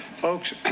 folks